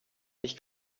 ich